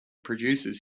produces